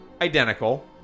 identical